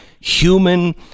human